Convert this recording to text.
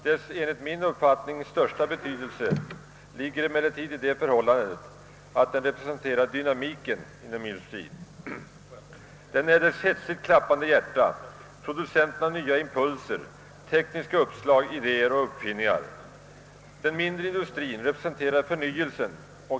Dess enligt min uppfattning största betydelse ligger emellertid i det förhållandet, att den representerar dynamiken inom industrien. Den är dess hetsigt klappande hjärta, producenten av nya impulser, tekniska uppslag, idéer och uppfinningar. Den mindre industrien representerar förnyelsen.